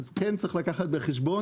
אז כן צריך לקחת בחשבון,